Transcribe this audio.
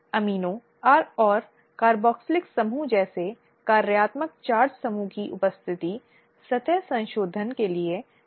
अब इस संबंध में आंतरिक शिकायत समिति की प्रमुख ज़िम्मेदारी है कि जांच को अंजाम देने में जांच के संचालन में किस तरह से यह बहुत महत्वपूर्ण है कि उन्हें कुछ पहलुओं पर स्पष्ट होना चाहिए